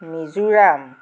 Mizoram